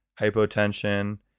hypotension